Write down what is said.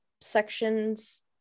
sections